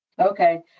Okay